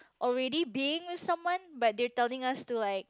already being with someone but they're telling us to like